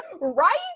right